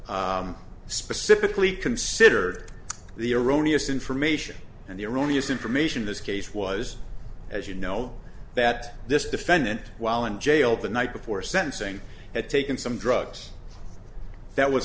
specifically considered the erroneous information and the erroneous information this case was as you know that this defendant while in jail the night before sentencing had taken some drugs that was